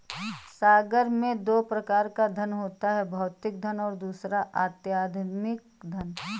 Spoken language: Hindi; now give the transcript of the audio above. संसार में दो प्रकार का धन होता है भौतिक धन और दूसरा आध्यात्मिक धन